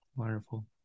Wonderful